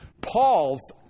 Paul's